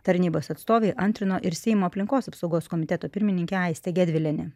tarnybos atstovei antrino ir seimo aplinkos apsaugos komiteto pirmininkė aistė gedvilienė